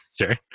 Sure